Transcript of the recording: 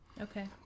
Okay